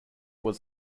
was